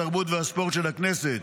התרבות והספורט של הכנסת